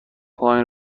پایم